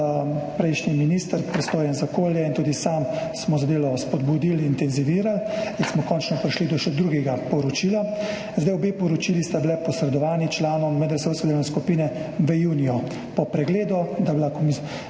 Prejšnji minister, pristojen za okolje, in tudi sam sva zadevo spodbudila, intenzivirala in smo končno prišli do še drugega poročila. Obe poročili sta bili posredovani članom medresorske delovne skupine v juniju. Po pregledu, da sta imela